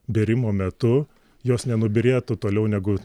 bėrimo metu jos nenubyrėtų toliau negu